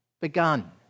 begun